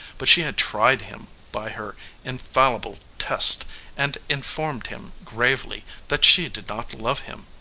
but she had tried him by her infallible test and informed him gravely that she did not love him.